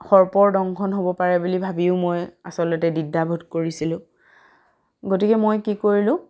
সৰ্পৰদংশন হ'ব পাৰে বুলি ভাবিও মই আচলতে দ্বিধাবোধ কৰিছিলোঁ গতিকে মই কি কৰিলোঁ